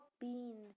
bean